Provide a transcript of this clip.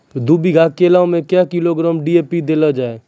दू बीघा केला मैं क्या किलोग्राम डी.ए.पी देले जाय?